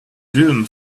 room